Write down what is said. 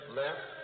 left